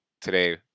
today